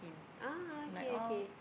ah okay okay